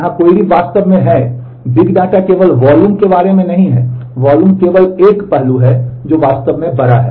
यहां क्वेरी केवल वॉल्यूम के बारे में नहीं है वॉल्यूम केवल एक पहलू है जो वास्तव में बड़ा है